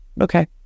Okay